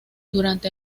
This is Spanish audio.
durante